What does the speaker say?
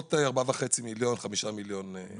בסביבות 4.5 מיליון, 5 מיליון לקוחות.